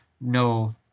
no